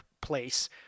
place